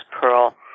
Pearl